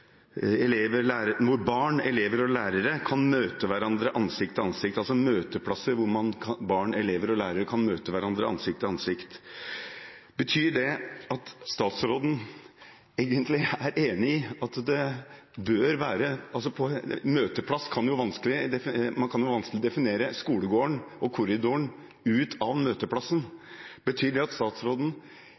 elever og lærere kan møte hverandre ansikt til ansikt» – altså møteplasser hvor barn, elever og lærere kan møte hverandre ansikt til ansikt. Man kan vanskelig definere skolegården og korridoren ut av «møteplasser». Betyr det at statsråden